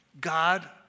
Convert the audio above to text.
God